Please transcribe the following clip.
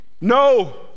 No